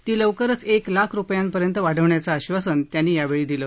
ती लवकरच एक लाख रुपयांपर्यंत वाढवण्याचं आश्वासन त्यांनी यावेळी दिलं